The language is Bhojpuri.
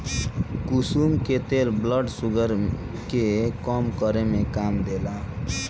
कुसुम के तेल ब्लड शुगर के कम करे में काम देला